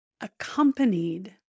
accompanied